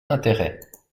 intérêts